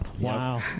Wow